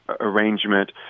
arrangement